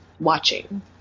watching